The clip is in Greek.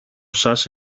σας